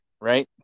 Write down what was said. right